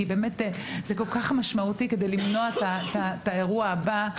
כי זה כל כך משמעותי כדי למנוע את האירוע הבא,